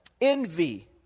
envy